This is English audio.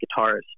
guitarist